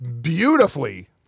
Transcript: beautifully